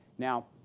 now,